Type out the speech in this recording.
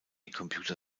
computer